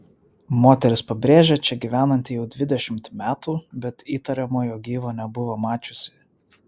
moteris pabrėžia čia gyvenanti jau dvidešimt metų bet įtariamojo gyvo nebuvo mačiusi